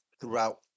throughout